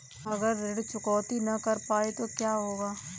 अगर ऋण चुकौती न कर पाए तो क्या होगा?